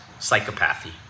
psychopathy